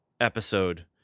episode